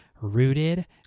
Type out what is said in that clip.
rooted